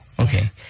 Okay